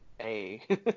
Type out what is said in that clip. Hey